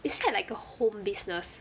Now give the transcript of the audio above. is that like a home business